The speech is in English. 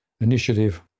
initiative